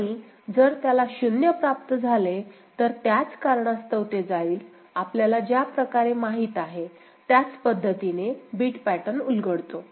आणि जर त्याला 0 प्राप्त झाले तर त्याच कारणास्तव ते जाईल आपल्याला ज्या प्रकारे माहित आहे त्याच पद्धतीने बिट पॅटर्न उलगडतो